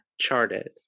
charted